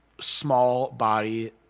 small-body